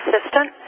assistant